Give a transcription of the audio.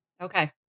Okay